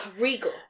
regal